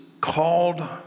called